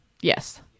Yes